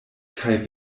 kaj